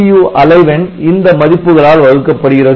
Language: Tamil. CPU அலைவெண் இந்த மதிப்புகளால் வகுக்கப்படுகிறது